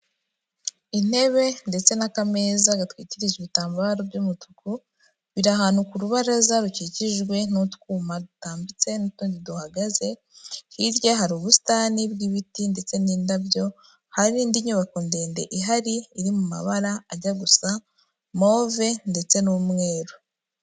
Intebe ndetse n'akameza gatwikirije ibitambaro by'umutuku, biri ahantu ku rubaraza rukikijwe n'utwuma dutambitse n'utundi duhagaze, hirya hari ubusitani bw'ibiti ndetse n'indabyo, hari indi nyubako ndende ihari iri mu mabara ajya gusa move ndetse n'umweru.